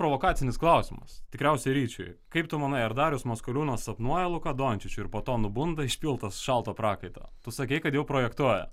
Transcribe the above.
provokacinis klausimas tikriausiai ryčiui kaip tu manai ar darius maskoliūnas sapnuoja luką dončičių ir po to nubunda išpiltas šalto prakaito tu sakei kad jau projektuoja